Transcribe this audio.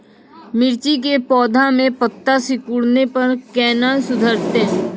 मिर्ची के पौघा मे पत्ता सिकुड़ने पर कैना सुधरतै?